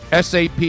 SAP